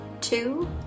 two